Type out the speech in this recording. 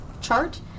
chart